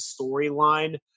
storyline